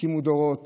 הקימו דורות